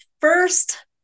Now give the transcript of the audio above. First